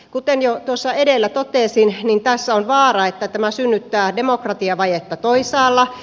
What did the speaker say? kuten jo tuossa edellä totesin tässä on vaara että tämä synnyttää demokratiavajetta toisaalla